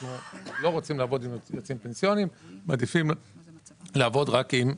אנחנו לא רוצים לעבוד עם יועצים פנסיוניים ומעדיפים לעבוד רק עם סוכנים.